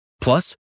Plus